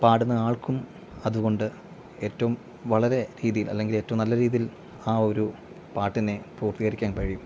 പാടുന്ന ആൾക്കും അതുകൊണ്ട് ഏറ്റവും വളരെ രീതിയിൽ അല്ലെങ്കിൽ ഏറ്റവും നല്ല രീതിയിൽ ആ ഒരു പാട്ടിനെ പൂർത്തികരിക്കാന് കഴിയും